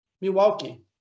Milwaukee